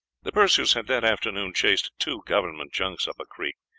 the perseus had that afternoon chased two government junks up a creek.